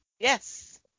Yes